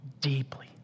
deeply